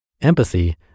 Empathy